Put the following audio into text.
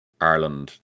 Ireland